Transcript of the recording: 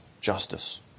justice